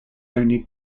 only